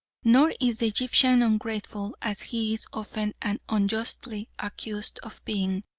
nor is the egyptian ungrateful, as he is often and unjustly accused of being.